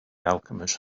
alchemist